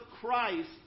Christ